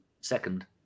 Second